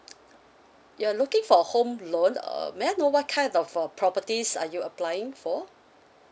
you are looking for home loan uh may I know what kind of uh properties are you applying for